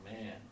man